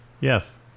Yes